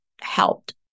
helped